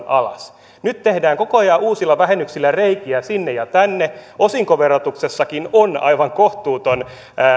alas nyt tehdään koko ajan uusilla vähennyksillä reikiä sinne ja tänne osinkoverotuksessakin on aivan kohtuuton